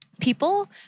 people